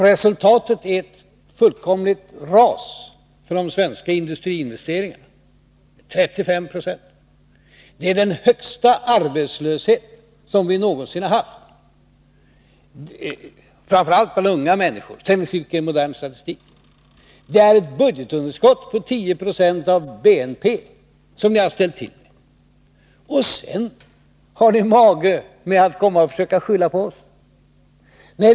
Resultatet är ett fullkomligt ras — 35 96 — för de svenska industriinvesteringarna, den högsta arbetslöshet som vi haft i modern svensk tid, framför allt bland unga människor, och ett budgetunderskott på 10 26 av BNP. Och sedan har ni mage att försöka skylla det på oss!